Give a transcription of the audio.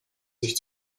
sich